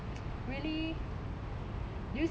really